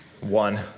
One